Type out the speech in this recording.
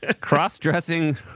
cross-dressing